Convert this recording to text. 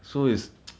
so is